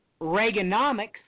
Reaganomics